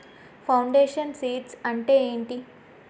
Foundation seeds అంటే ఏంటి?